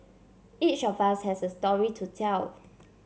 each of us has a story to tell